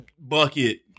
Bucket